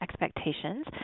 expectations